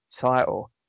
title